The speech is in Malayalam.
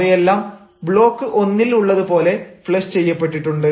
അവയെല്ലാം ബ്ലോക്ക് ഒന്നിൽ ഉള്ളതുപോലെ ഫ്ലഷ് ചെയ്യപ്പെട്ടിട്ടുണ്ട്